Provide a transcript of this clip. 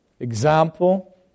Example